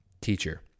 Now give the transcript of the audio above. teacher